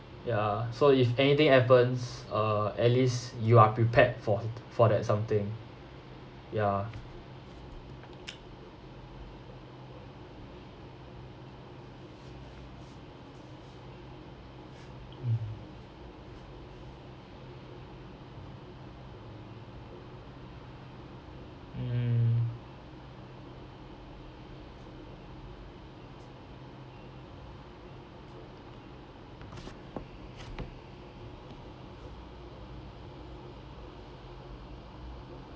ya so if anything happens uh at least you are prepared for for that something ya mm